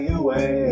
away